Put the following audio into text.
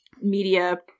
media